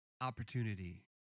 opportunity